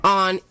on